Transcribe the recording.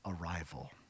arrival